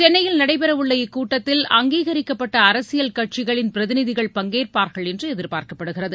சென்னையில் நடைபெற உள்ள இக்கூட்டத்தில் அங்கீகரிக்கப்பட்ட அரசியல் கட்சிகளின் பிரதிநிதிகள் பங்கேற்பாா்கள் என்று எதிா்ப்பாா்க்கப்படுகிறது